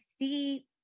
see